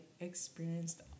experienced